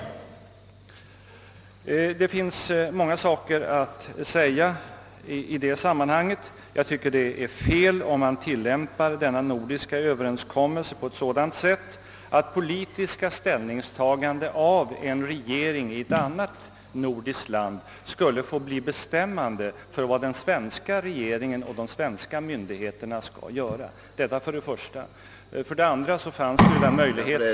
Det finns många saker att anföra i det sammanhanget. Jag tycker det är fel om man tillämpar denna nordiska överenskommelse på sådant sätt, att politiska ställningstaganden av en regering i ett annat nordiskt land skulle få bli bestämmande för vad den svenska regeringen och de svenska myndigheterna skall göra. Det är det ena. Det andra är...